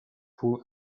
full